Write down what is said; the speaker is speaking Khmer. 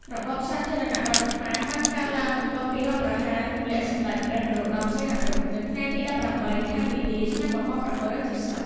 របបសាធារណរដ្ឋខ្មែរបានកើតឡើង បន្ទាប់ពីរដ្ឋប្រហារទម្លាក់សម្ដេចព្រះ នរោត្តម សីហនុ នៅថ្ងៃទី១៨ ខែមីនា ឆ្នាំ១៩៧០។